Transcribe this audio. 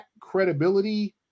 credibility